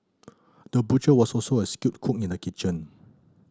the butcher was also a skilled cook in the kitchen